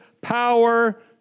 power